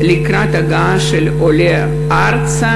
לקראת ההגעה של העולה ארצה,